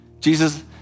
Jesus